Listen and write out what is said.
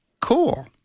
Cool